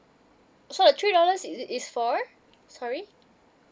so the three dollars is is for sorry